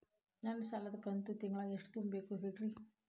ನನ್ನ ಸಾಲದ ಕಂತು ತಿಂಗಳ ಎಷ್ಟ ತುಂಬಬೇಕು ಹೇಳ್ರಿ?